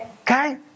Okay